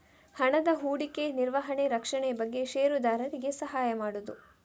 ಹಣದ ಹೂಡಿಕೆ, ನಿರ್ವಹಣೆ, ರಕ್ಷಣೆ ಬಗ್ಗೆ ಷೇರುದಾರರಿಗೆ ಸಹಾಯ ಮಾಡುದು